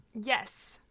Yes